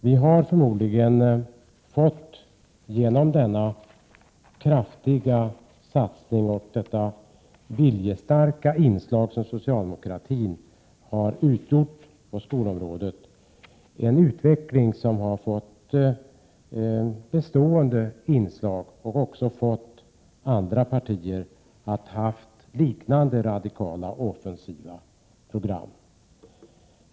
Den kraftiga och viljestarka satsningen från socialdemokratin på skolområdet har givit bestående resultat och har också inspirerat andra partier till att göra upp liknande radikala och offensiva program.